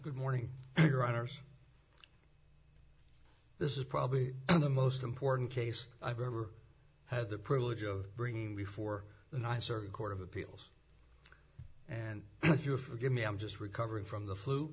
good morning your honor this is probably the most important case i've ever had the privilege of bringing before the nicer court of appeals and if you forgive me i'm just recovering from the